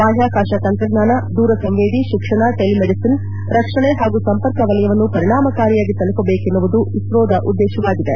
ಬಾಹ್ಕಾಕಾಶ ತಂತ್ರಜ್ಞಾನ ದೂರಸಂವೇದಿ ಶಿಕ್ಷಣ ಟೆಲಿ ಮೆಡಿಸನ್ ರಕ್ಷಣೆ ಹಾಗೂ ಸಂಪರ್ಕ ವಲಯವನ್ನು ಪರಿಣಾಮಕಾರಿಯಾಗಿ ತಲುಪಬೇಕನ್ನುವುದು ಇಸ್ತೋದ ಉದ್ದೇಶವಾಗಿದೆ